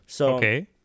okay